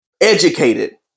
educated